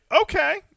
okay